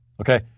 Okay